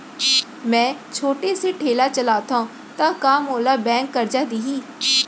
मैं छोटे से ठेला चलाथव त का मोला बैंक करजा दिही?